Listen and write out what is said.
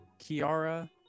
Kiara